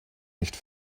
nicht